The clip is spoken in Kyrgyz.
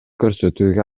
көрсөтүүгө